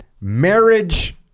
Marriage